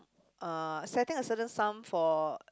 um setting a certain sum for